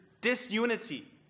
disunity